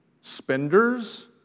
spenders